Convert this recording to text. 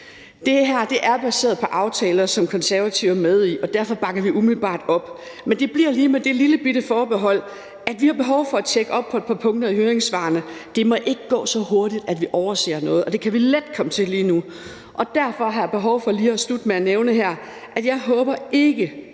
Det her er baseret på aftaler, som Konservative er med i, og derfor bakker vi umiddelbart op. Men det bliver lige med det lillebitte forbehold, at vi har behov for at tjekke op på et par punkter i høringssvarene. Det må ikke gå så hurtigt, at vi overser noget, og det kan vi let komme til lige nu. Derfor har jeg behov for lige at slutte med at nævne her, at jeg ikke